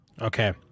okay